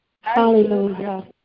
Hallelujah